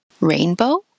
rainbow